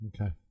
Okay